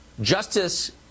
Justice